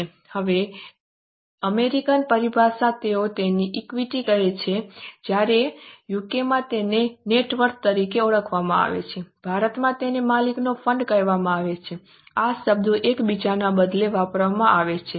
હવે અમેરિકન પરિભાષામાં તેઓ તેને ઇક્વિટી કહે છે જ્યારે યુકેમાં તેને નેટવર્થ તરીકે ઓળખવામાં આવે છે ભારતમાં તેને માલિકોનું ફંડ કહેવામાં આવે છે આ શબ્દો એકબીજાના બદલે વાપરવામાં આવે છે